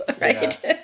Right